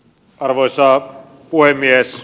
arvoisa puhemies